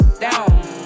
down